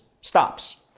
stops